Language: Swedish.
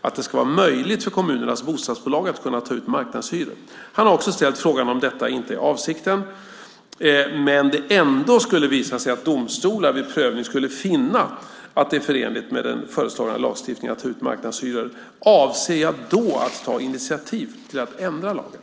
att det ska vara möjligt för kommunernas bostadsbolag att ta ut marknadshyror. Han har också ställt frågan om jag, om detta inte är avsikten men det ändå skulle visa sig att domstolar vid prövning skulle finna att det är förenligt med den föreslagna lagstiftningen att ta ut marknadshyror, i så fall avser att ta initiativ till att ändra lagen.